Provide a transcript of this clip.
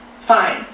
Fine